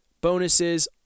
bonuses